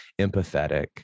empathetic